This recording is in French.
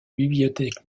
bibliothèque